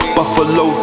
Buffalo